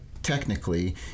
Technically